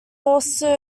also